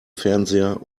fernseher